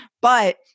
But-